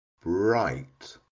Bright